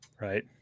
Right